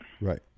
Right